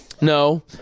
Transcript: no